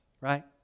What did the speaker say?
right